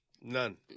None